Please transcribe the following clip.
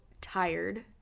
tired